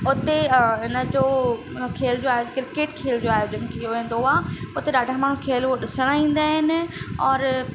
हुते हिनजो अ खेल जो आय किरकेट खेल जो आयोजन कयो वेंदो आ हुते ॾाढा माण्हू खेल हुओ ॾिसण ईंदा आहिनि और